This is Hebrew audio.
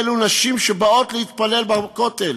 נשים שבאות להתפלל בכותל,